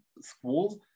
schools